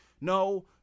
no